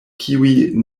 kiuj